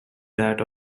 that